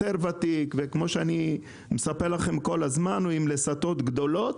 ותיק ועם לסתות גדולות,